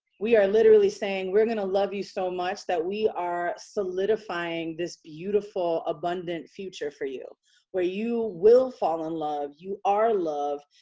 we are literally saying we're going to love you so much, that we are solidifying this beautiful, abundant future for you where you will fall in love. you are love.